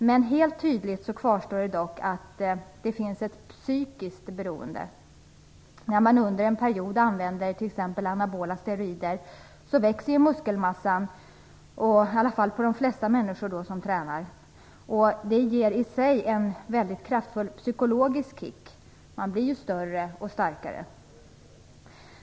Men helt tydligt kvarstår dock det psykiska beroendet. När man under en period använt t.ex. anabola steroider så växer muskelmassan, i alla fall på de flesta människor som tränar. Det ger i sig en väldigt kraftfull psykologisk kick - man blir ju större och starkare.